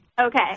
Okay